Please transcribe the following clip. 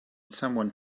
someone